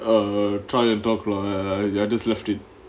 err try and talk lah err err I just left it